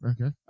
Okay